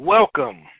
Welcome